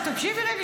תקשיבי רגע,